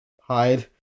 hide